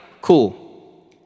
cool